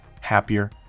happier